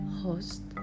host